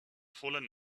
fallen